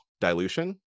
dilution